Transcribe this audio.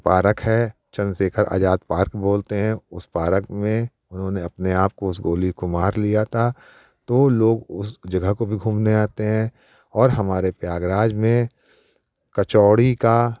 park है Chandra Shekhar Azad park बोलते हैं उस पारक में उन्होंने अपने आप को उस गोली को मार लिया था तो लोग उस जगह को भी घूमने आते हैं और हमारे प्रयागराज में कचौरी का